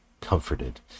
comforted